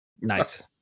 Nice